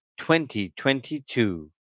2022